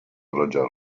roger